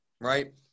Right